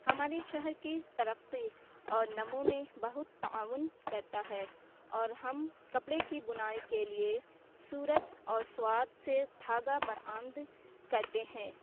ہمارے شہر کی ترقی اور نمونے بہت تعاون کرتا ہے اور ہم کپڑے کی بُنائی کے لیے سورت اور سوات سے دھاگا برآمد کرتے ہیں